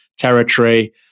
territory